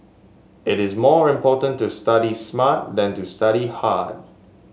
it is more important to study smart than to study hard